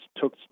took